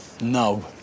no